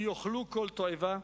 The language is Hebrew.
כי יאכלו כל תועבה,